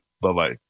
Bye-bye